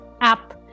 app